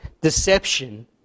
deception